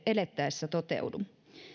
elettäessä toteudu